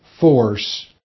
force